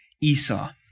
Esau